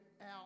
out